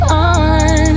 on